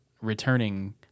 returning